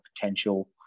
potential